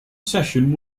session